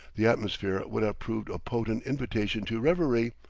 the atmosphere would have proved a potent invitation to reverie,